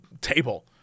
table